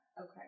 Okay